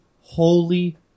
Holy